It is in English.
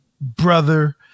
brother